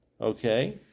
Okay